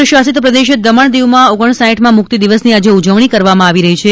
કેન્દ્ર શાસિત પ્રદેશ દમણ દીવમાં ઓગણ સાઠમાં મુક્તિ દિવસની આજે ઉજવણી કરવામાં આવી રહી છે